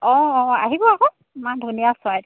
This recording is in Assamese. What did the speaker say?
অঁ অঁ আহিব আকৌ ইমান ধুনীয়া চৰাই